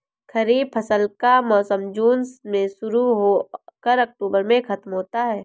खरीफ फसल का मौसम जून में शुरू हो कर अक्टूबर में ख़त्म होता है